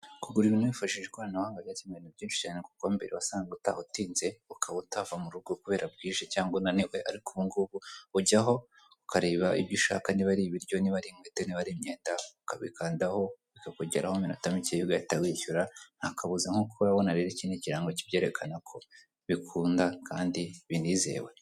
Kugura ibintu wifashishije ikoranabuhanga rifasha ibintu byinshi kuko mbere watahaga utinze ukaba utava murugo kubera bwije cyangwa unaniwe, ariko ubu ngubu ujyaho ukareba ibyo ushaka bityo niba aribiryo Niba ari inkweto, imyenda ukabikandaho bikakugeraho mu minota mikeya, ugahita wishyura ntakabuza rero kubona ikirango kibyerekana ko bikunda kandi binizewe .